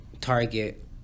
target